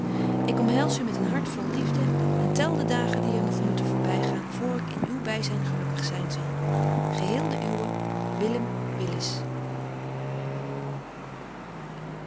ik omhels u met een hart vol liefde en tel de dagen die er nog moeten voorby gaan voor ik in uw byzyn gelukkig zyn zal geheel de uwe